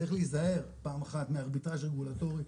צריך להיזהר מארביטאז' רגולטורי,